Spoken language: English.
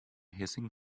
hissing